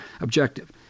objective